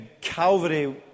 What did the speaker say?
Calvary